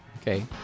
okay